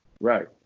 Right